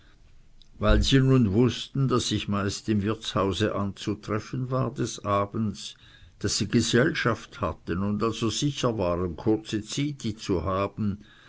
weil sie nun wußten daß ich meist im wirtshaus anzutreffen war des abends daß sie gesellschaft hatten und also sicher waren kurzi zyti zu haben